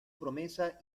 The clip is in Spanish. promesa